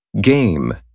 game